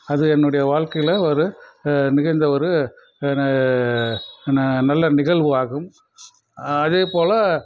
அது என்னுடைய வாழ்க்கையில் ஒரு நிகழ்ந்த ஒரு ந நா நல்ல நிகழ்வு ஆகும் அதேபோல்